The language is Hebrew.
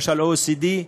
למשל ה-OECD,